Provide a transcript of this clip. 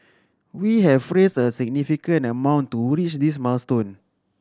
we have raised a significant amount to this milestone